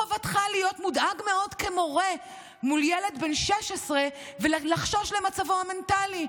חובתך להיות מודאג מאוד כמורה מול ילד בן 16 ולחשוש למצבו המנטלי.